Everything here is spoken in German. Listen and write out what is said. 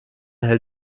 hält